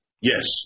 Yes